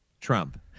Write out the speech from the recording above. Trump